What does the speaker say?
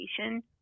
education